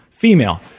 Female